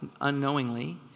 unknowingly